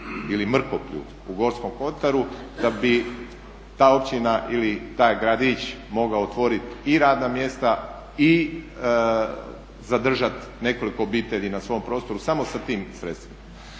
ili Mrkoplju u Gorskom Kotaru da bi ta općina ili taj gradić mogao otvoriti i radna mjesta i zadržati nekoliko obitelji na svom prostoru, samo sa tim sredstvima.